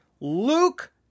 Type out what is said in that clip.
Luke